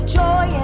joy